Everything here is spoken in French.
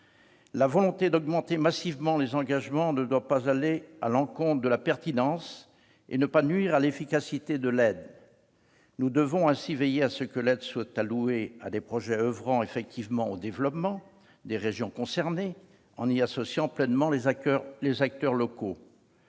La volonté d'augmenter massivement les engagements ne doit pas aller à l'encontre de la pertinence des actions menées. Elle ne doit pas nuire à l'efficacité de l'aide. Nous devons ainsi veiller à ce que l'aide soit allouée à des projets oeuvrant effectivement au développement des régions concernées, en y associant pleinement les acteurs locaux.